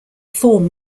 form